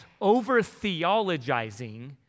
over-theologizing